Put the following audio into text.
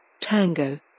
Tango